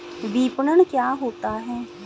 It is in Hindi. विपणन क्या होता है?